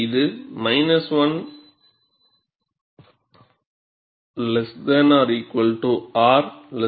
இது 1≤R≤0